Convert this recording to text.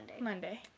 Monday